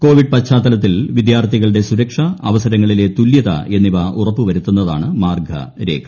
Covid പശ്ചാത്തലത്തിൽ വിദ്യാർത്ഥികളുടെ സുരക്ഷ അവസരങ്ങളിലെ തുലൃത എന്നിവ ഉറപ്പുവരുന്നതാണ് മാർഗ്ഗരേഖ